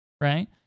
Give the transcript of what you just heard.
Right